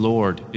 Lord